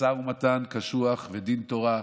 משא ומתן קשוח ודין תורה.